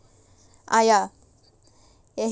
ah ya